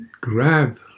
grab